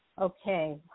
Okay